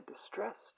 distressed